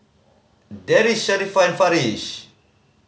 Deris Sharifah and Farish